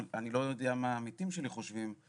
אני לא יודע מה העמיתים שלי חושבים,